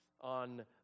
on